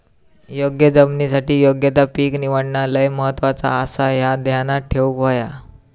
योग्य जमिनीसाठी योग्य ता पीक निवडणा लय महत्वाचा आसाह्या ध्यानात ठेवूक हव्या